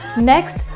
Next